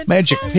Magic